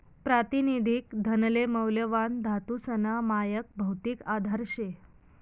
प्रातिनिधिक धनले मौल्यवान धातूसना मायक भौतिक आधार शे